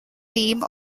theme